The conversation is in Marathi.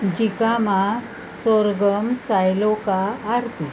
जिकामा सोर्गम सायलोका आरती